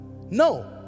No